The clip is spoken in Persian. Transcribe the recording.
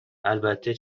البته